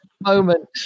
moment